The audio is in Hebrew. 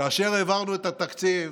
כאשר העברנו את התקציב,